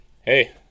hey